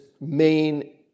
main